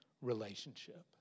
relationship